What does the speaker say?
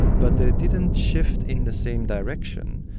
but they didn't shift in the same direction.